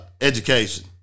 education